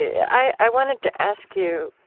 i wanted to ask you,